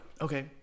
okay